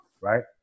right